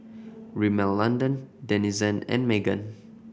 Rimmel London Denizen and Megan